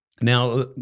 Now